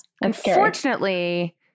unfortunately